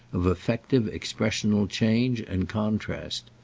of effective expressional change and contrast.